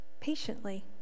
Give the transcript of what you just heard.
patiently